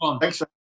thanks